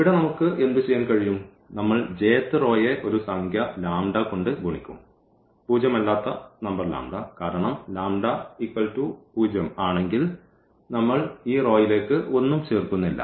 ഇവിടെ നമുക്ക് എന്തുചെയ്യാൻ കഴിയും നമ്മൾ j th റോയെ ഒരു സംഖ്യ λ കൊണ്ട് ഗുണിക്കും പൂജ്യമല്ലാത്ത നമ്പർ λ കാരണം λ 0 ആണെങ്കിൽ നമ്മൾ ഈ റോയിലേക്ക് ഒന്നും ചേർക്കുന്നില്ല